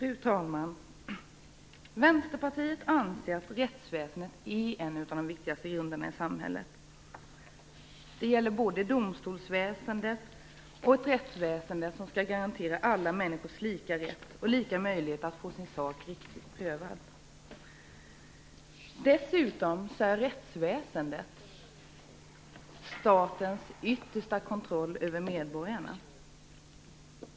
Fru talman! Vänsterpartiet anser att rättsväsendet är en av de viktigaste grunderna i samhället. Det gäller både domstolsväsendet och rättsväsendet som skall garantera alla människors lika rätt och lika möjlighet att få sin sak riktigt prövad. Dessutom är rättsväsendet statens yttersta kontroll över medborgarna.